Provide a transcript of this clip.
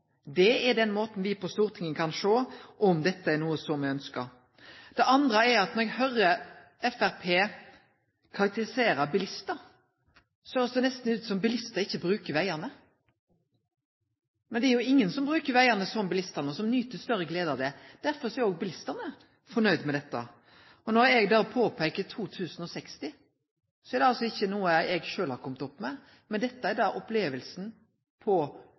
er på den måten me på Stortinget kan sjå om dette er noko som er ønskt. Det andre er at når eg høyrer Framstegspartiet karakterisere bilistar, høyrest det nesten ut som om bilistar ikkje brukar vegane. Men det er ingen som brukar vegane som bilistane, og som nyt større glede av det. Derfor er òg bilistane fornøgde med dette. Når eg påpeiker 2060, så er det ikkje noko eg sjølv har komme opp med, men dette er opplevinga på